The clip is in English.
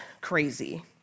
crazy